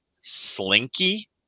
slinky